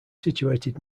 situated